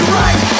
right